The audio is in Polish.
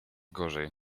gorzej